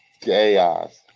Chaos